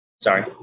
sorry